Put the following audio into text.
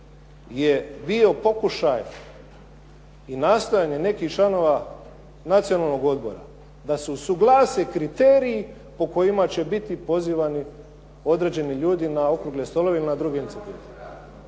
je bio pokušaj i nastojanje nekih članova Nacionalnog odbora da se usuglase kriteriji po kojima će biti pozivani određeni ljudi na okrugle stolove i na druge inicijative.